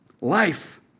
life